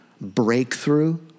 breakthrough